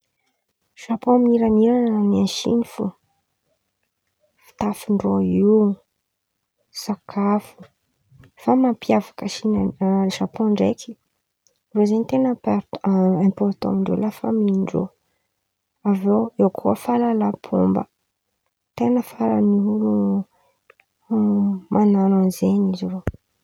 Japon miramiran̈a amy ny an̈y Sin̈y fo, fitafindreo io, sakafo, fa mampiavaka Sin̈y- Japon ndraiky irô zen̈y ten̈a impôrtò amindreo lafamindreo, avy eo eo koa falalapomba, ten̈a faran̈y olo man̈ano zen̈y izy irô.